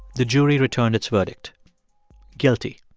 the jury returned its verdict guilty.